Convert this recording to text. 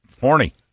horny